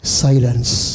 silence